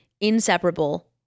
inseparable